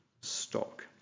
stock